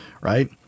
right